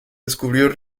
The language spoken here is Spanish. descubrió